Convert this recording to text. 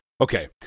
Okay